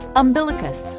umbilicus